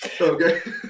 Okay